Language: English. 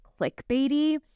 clickbaity